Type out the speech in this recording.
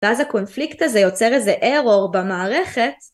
ואז הקונפליקט הזה יוצר איזה eror במערכת.